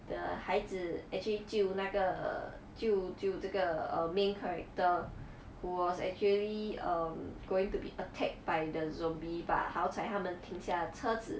the 孩子 actually 救那个救救这个 err main character who was actually um going to be attacked by the zombie but 好彩他们停下车子